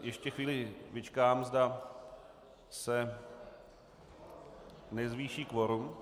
Ještě chvíli vyčkám, zda se nezvýší kvorum.